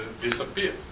disappear